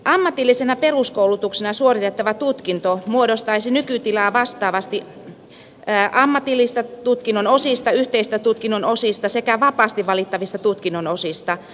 ammatillisena peruskoulutuksena suoritettava tutkinto muodostuisi nykytilaa vastaavasti ammatillisista tutkinnon osista yhteisistä tutkinnon osista sekä vapaasti valittavista tutkinnon osista